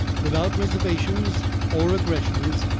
without reservations or aggressions,